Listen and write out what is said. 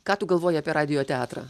ką tu galvoji apie radijo teatrą